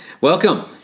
welcome